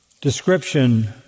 description